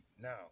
Now